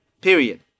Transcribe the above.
Period